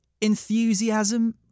enthusiasm